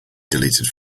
deleted